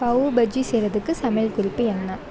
பாவ் பஜ்ஜி செய்கிறதுக்குச் சமையல் குறிப்பு என்ன